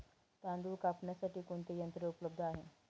तांदूळ कापण्यासाठी कोणते यंत्र उपलब्ध आहे?